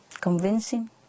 convincing